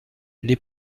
les